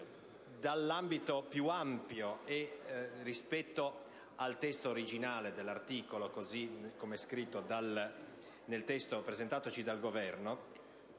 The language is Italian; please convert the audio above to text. di ambito più ampio rispetto al testo originale dell'articolo, così come scritto nel testo presentatoci dal Governo,